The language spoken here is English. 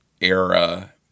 era